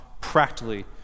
practically